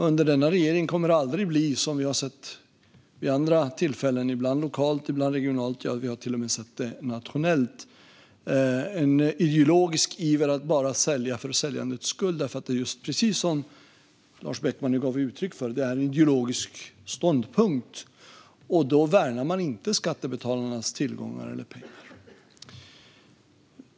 Under denna regering kommer det aldrig att finnas en ideologisk iver att sälja bara för säljandets skull, vilket har skett vid andra tillfällen - ibland lokalt, ibland regionalt, ibland till och med nationellt. Precis som Lars Beckman nu gav uttryck för är det i så fall en ideologisk ståndpunkt, och då värnar man inte skattebetalarnas tillgångar eller pengar.